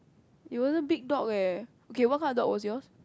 it was a big dog eh okay what kind of dog was yours